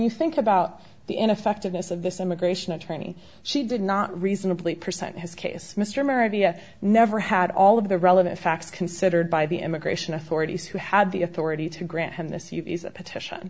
you think about the ineffectiveness of this immigration attorney she did not reasonably present his case mr merivale never had all of the relevant facts considered by the immigration authorities who had the authority to grant him this petition